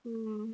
mm